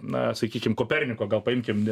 na sakykim koperniko gal paimkim